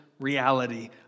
Reality